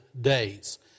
days